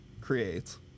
creates